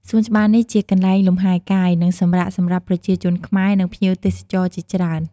សួនច្បារនេះជាកន្លែងលំហែកាយ និងសម្រាកសម្រាប់ប្រជាជនខ្មែរ និងភ្ញៀវទេសចរជាច្រើន។